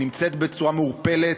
נמצאת בצורה מעורפלת,